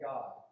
God